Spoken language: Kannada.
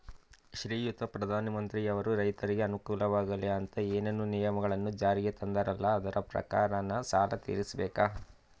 ಶ್ರೀಯುತ ಪ್ರಧಾನಮಂತ್ರಿಯವರು ರೈತರಿಗೆ ಅನುಕೂಲವಾಗಲಿ ಅಂತ ಏನೇನು ನಿಯಮಗಳನ್ನು ಜಾರಿಗೆ ತಂದಾರಲ್ಲ ಅದರ ಪ್ರಕಾರನ ಸಾಲ ತೀರಿಸಬೇಕಾ?